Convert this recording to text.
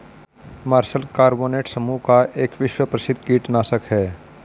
martial carbonate समूह का एक विश्व प्रसिद्ध कीटनाशक है